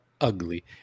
ugly